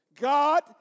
God